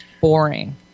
boring